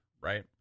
right